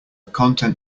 content